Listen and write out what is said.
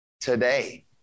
today